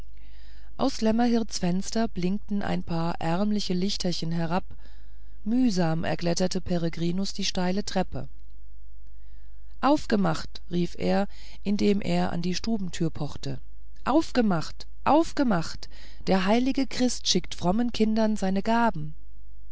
aus lämmerhirts fenstern blinkten ein paar ärmliche lichterchen herab mühsam erkletterte peregrinus die steile treppe aufgemacht rief er indem er an die stubentür pochte aufgemacht aufgemacht der heilige christ schickt frommen kindern seine gaben